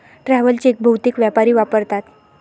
travel cheque बहुतेक व्यापारी वापरतात